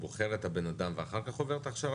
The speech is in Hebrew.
בוחר את הבנאדם ואחר כך הוא עובר את ההכשרה?